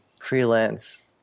freelance